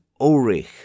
Ulrich